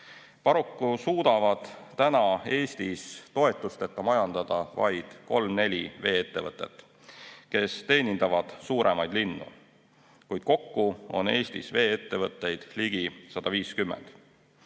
Paraku suudavad Eestis toetusteta majandada vaid kolm-neli vee-ettevõtet, kes teenindavad suuremaid linnu. Kuid kokku on Eestis vee-ettevõtteid ligi 150.